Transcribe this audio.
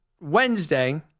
Wednesday